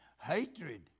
Hatred